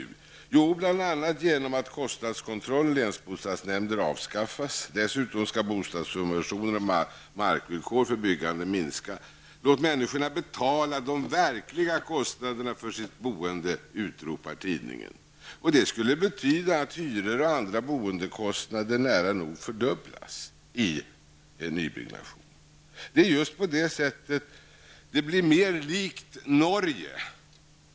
Jo, det skall uppnås bl.a. genom att kostnadskontroller och länsbostadsnämnder avskaffas. Dessutom skall bostadssubventioner och markvillkor för byggande minskas. Låt människorna betala de verkliga kostnaderna för sitt boende, utropar tidningen. Det skulle betyda att hyror och andra boendekostnader nära nog fördubblas i nybyggen. Det är just på det sättet situationen blir mer lik i Norge.